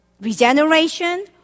regeneration